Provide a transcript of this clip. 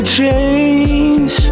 change